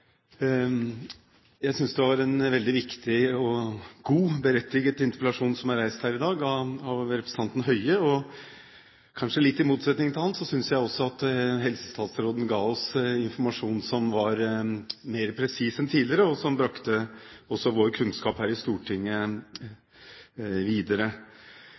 en veldig viktig og god, berettiget interpellasjon som er reist her i dag av representanten Høie, og, kanskje litt i motsetning til ham, synes jeg også at helsestatsråden ga oss informasjon som var mer presis enn tidligere, og som brakte også vår kunnskap her i Stortinget videre.